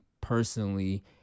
personally